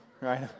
right